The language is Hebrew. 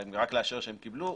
רק לאשר שהם קיבלו,